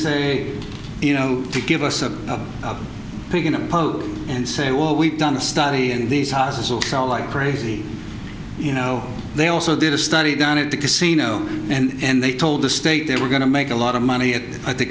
say you know you give us a pig in a poke and say well we've done the study and these houses will sell like crazy you know they also did a study done at the casino and they told the state they were going to make a lot of money at the